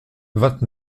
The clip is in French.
vingt